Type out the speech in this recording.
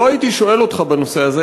לא הייתי שואל אותך בנושא הזה,